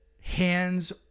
hands